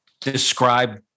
describe